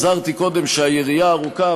הזהרתי קודם שהיריעה ארוכה,